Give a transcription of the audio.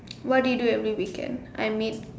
what do you do every weekend I meet